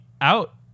out